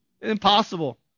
Impossible